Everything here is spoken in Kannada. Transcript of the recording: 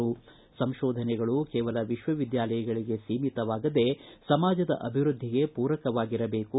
ಸಂಶೋಧನೆಗಳು ಕೇವಲ ವಿಶ್ವವಿದ್ಯಾಲಯಗಳಿಗೆ ಸೀಮಿತವಾಗದೇ ಸಮಾಜದ ಅಭಿವೃದ್ದಿಗೆ ಪೂರಕವಾಗಿರಬೇಕು